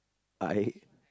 I